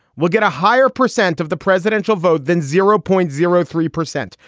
we'll get a higher percent of the presidential vote than zero point zero three percent.